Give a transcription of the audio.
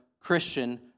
Christian